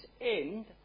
end